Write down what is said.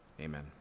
Amen